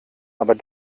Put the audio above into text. aber